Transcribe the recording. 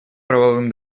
правовым